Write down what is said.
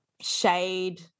shade